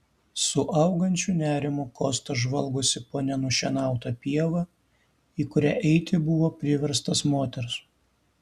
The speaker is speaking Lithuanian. su augančiu nerimu kostas žvalgosi po nenušienautą pievą į kurią eiti buvo priverstas moters